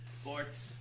Sports